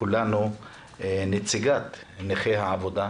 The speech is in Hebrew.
כולנו את נציגת נכי העבודה,